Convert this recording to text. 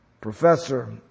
Professor